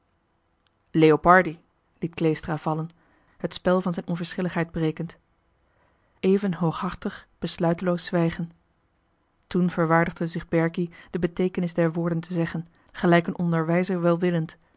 leopardi liet kleestra vallen het spel van zijn onverschilligheid brekend even hooghartig besluiteloos zwijgen toen verwaardigde zich berkie de beteekenis der woorden te zeggen gelijk een onderwijzer welwillend